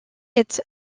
its